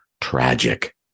tragic